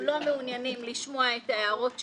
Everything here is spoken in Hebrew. לא מעוניינים לשמוע את ההערות שלו.